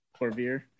corvier